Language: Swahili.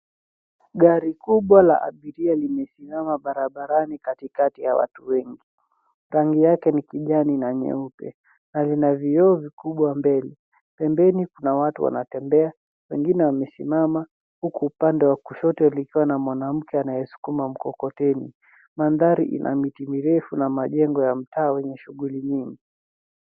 Gari kubwa la abiria limesimama barabarani katikati ya watu wengi. Rangi yake ni kijani na nyeupe na lina vioo vikubwa mbele. Pembeni kuna watu wanatembea, wengine wamesimama huku upande wa kushoto likiwa na mwanamke anayesukuma mkokoteni. Mandhari ina miti mirefu na majengo ya mtaa wenye shughuli nyingi.